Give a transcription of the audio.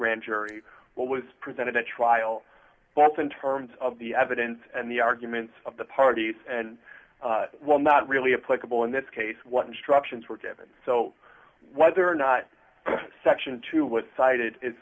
grand jury what was presented at trial both in terms of the evidence and the arguments of the parties and while not really applicable in this case what instructions were given so whether or not section two was cited i